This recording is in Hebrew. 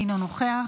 אינו נוכח.